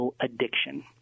addiction